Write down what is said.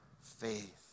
faith